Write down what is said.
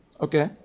Okay